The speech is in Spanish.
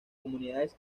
comunidades